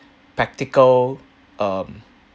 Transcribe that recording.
practical um